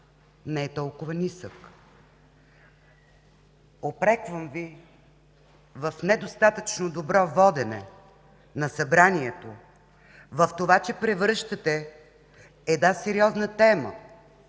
не е толкова нисък. Упреквам Ви в недостатъчно добро водене на Събранието, в това че превръщате една сериозна тема,